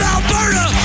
Alberta